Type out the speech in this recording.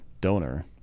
donor